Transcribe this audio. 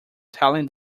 telling